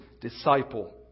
disciple